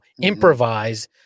improvise